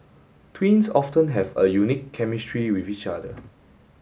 twins often have a unique chemistry with each other